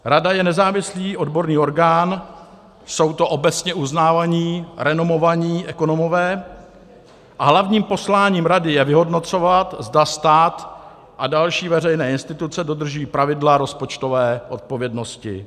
Rada je nezávislý odborný orgán, jsou to obecně uznávaní, renomovaní ekonomové a hlavním posláním rady je vyhodnocovat, zda stát a další veřejné instituce dodržují pravidla rozpočtové odpovědnosti.